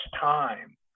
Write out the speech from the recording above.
time